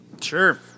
Sure